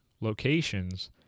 locations